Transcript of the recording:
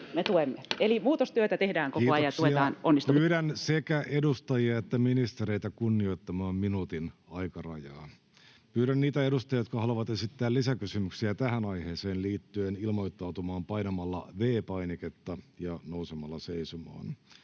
(Krista Kiuru sd) Time: 16:05 Content: Kiitoksia. — Pyydän sekä edustajia että ministereitä kunnioittamaan minuutin aikarajaa. — Pyydän niitä edustajia, jotka haluavat esittää lisäkysymyksiä tähän aiheeseen liittyen, ilmoittautumaan painamalla V-painiketta ja nousemalla seisomaan.